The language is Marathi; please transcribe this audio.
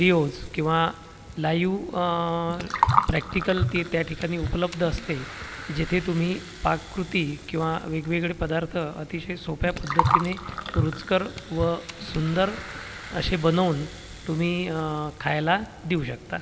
विडियोज किंवा लाइव प्रॅक्टिकल ते त्या ठिकाणी उपलब्ध असते जेथे तुम्ही पाककृती किंवा वेगवेगळे पदार्थ अतिशय सोप्या पद्धतीने रुचकर व सुंदर अशी बनवून तुम्ही खायला देऊ शकता